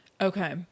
Okay